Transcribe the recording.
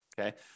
okay